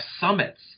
summits